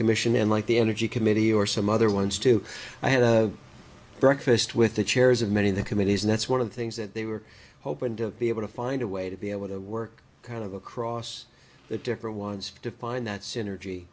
commission in like the energy committee or some other ones too i had breakfast with the chairs of many of the committees and that's one of the things that they were hoping to be able to find a way to be able to work kind of across the different ones to find that synergy